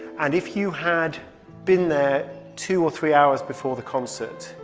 and if you had been there two or three hours before the concert,